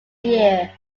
year